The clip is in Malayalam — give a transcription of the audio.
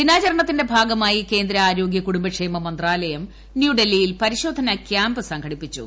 ദിനാചരണത്തിന്റെ ഭാഗമായി കേന്ദ്ര ആരോഗ്യ കുടുംബക്ഷേമ മന്ത്രാലയം ന്യൂഡൽഹിയിൽ പരിശോധന ക്യാമ്പ് സംഘടിപ്പിച്ചു